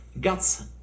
guts